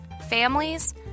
families